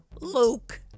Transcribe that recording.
Luke